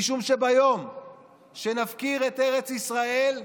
משום שביום שנפקיר את ארץ ישראל,